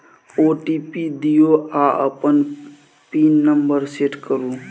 OTP दियौ आ अपन पिन नंबर सेट करु